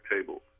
table